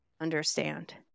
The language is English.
understand